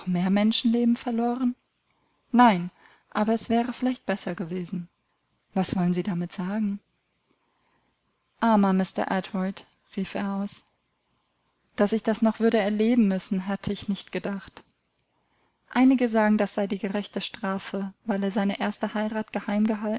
mehr menschenleben verloren nein aber es wäre vielleicht besser gewesen was wollen sie damit sagen armer mr edward rief er aus daß ich das noch würde erleben müssen hätte ich nicht gedacht einige sagen das sei die gerechte strafe weil er seine erste heirat